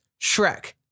shrek